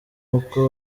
uko